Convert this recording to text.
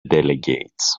delegates